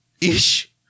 ish